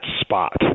spot